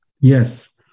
Yes